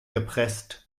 gepresst